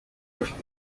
afite